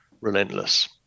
relentless